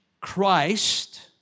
Christ